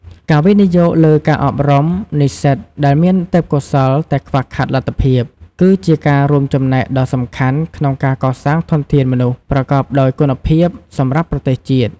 ការវិនិយោគលើការអប់រំនិស្សិតដែលមានទេពកោសល្យតែខ្វះខាតលទ្ធភាព គឺជាការរួមចំណែកដ៏សំខាន់ក្នុងការកសាងធនធានមនុស្សប្រកបដោយគុណភាពសម្រាប់ប្រទេសជាតិ។